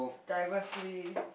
diversity